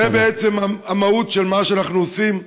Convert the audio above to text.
זו בעצם המהות של מה שאנחנו עושים.